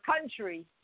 country